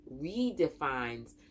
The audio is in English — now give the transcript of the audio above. redefines